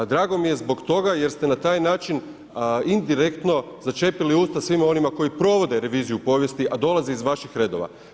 A drago mi je zbog toga jer ste na taj način indirektno začepili usta svima onima koji provode reviziju povijesti a dolaze iz vaših redova.